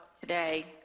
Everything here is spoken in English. today